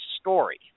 story